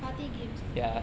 party games ah